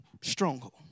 stronghold